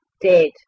dead